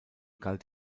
galt